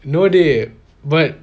no dear but